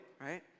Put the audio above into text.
right